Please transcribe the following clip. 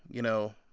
you know,